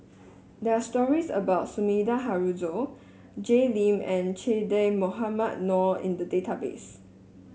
there are stories about Sumida Haruzo Jay Lim and Che Dah Mohamed Noor in the database